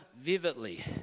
vividly